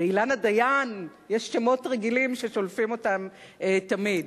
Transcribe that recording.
ואילנה דיין, יש שמות רגילים ששולפים אותם תמיד.